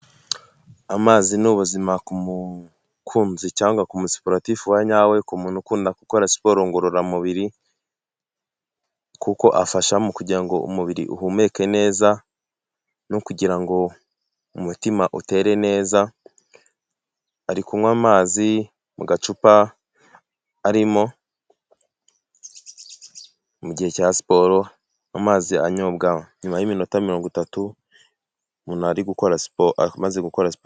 Amazi ni ubuzima ku mukunzi cyangwa ku musiporutifu wa nyawe, ku muntu ukunda gukora siporo ngororamubiri, kuko afasha kugira ngo umubiri uhumeke neza, no kugira ngo umutima utere neza, ari kunywa amazi mugacupa, arimo mugihe cya siporo amazi anyobwa nyuma y'iminota mirongo itatu umaze gukora siporo .